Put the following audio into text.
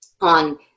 on